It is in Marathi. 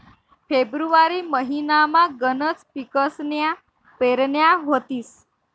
फेब्रुवारी महिनामा गनच पिकसन्या पेरण्या व्हतीस